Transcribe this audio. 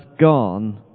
gone